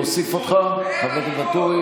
אבוטבול,